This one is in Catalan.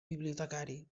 bibliotecari